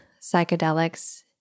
psychedelics